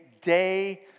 day